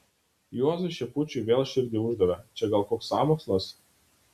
juozui šepučiui vėl širdį uždavė čia gal koks sąmokslas